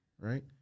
right